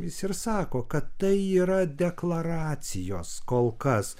jis ir sako kad tai yra deklaracijos kol kas